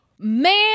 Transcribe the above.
Man